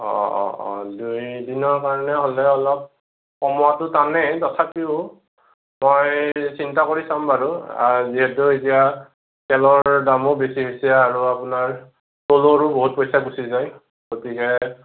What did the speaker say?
অ' অ' অ' দুই দিনৰ কাৰণে হ'লে অলপ কমোৱাটো টানেই তথাপিও মই চিন্তা কৰি চাম বাৰু যিহেতু এতিয়া তেলৰ দামো বেছি হৈছে আৰু আপোনাৰ চলোৱাৰো বহুত পইচা গুচি যায় গতিকে